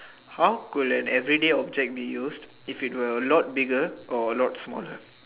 how could an everyday object be used if it were a lot bigger or a lot smaller